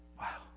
Wow